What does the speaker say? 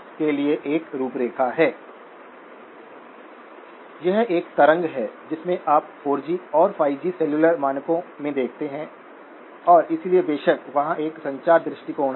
और निश्चित रूप से इंक्रीमेंटल ड्रेन करंट iD gmvGSके अलावा कुछ भी नहीं है